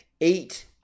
eight